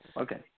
Okay